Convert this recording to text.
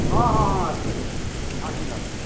ହଁ ହଁ ହଁ ଆସନ୍ତୁ ଆସନ୍ତୁ ଆସନ୍ତୁ